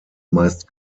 meist